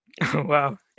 Wow